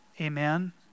Amen